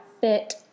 Fit